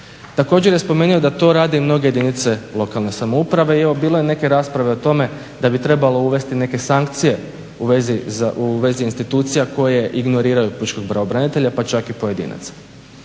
Također je spomenuo da to rade i mnoge jedinice lokalne samouprave i evo bilo je neke rasprave o tome da bi trebalo uvesti neke sankcije u vezi institucija koje ignoriraju pučkog pravobranitelja pa čak i pojedinaca.